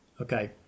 Okay